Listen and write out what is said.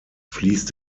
fließt